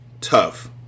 Tough